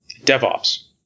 DevOps